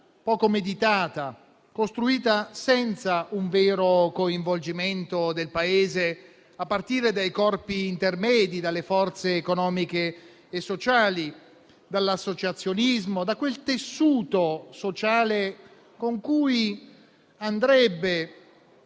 poco meditata, costruita senza un vero coinvolgimento del Paese, a partire dai corpi intermedi, dalle forze economiche e sociali, dall'associazionismo, da quel tessuto sociale con cui andrebbe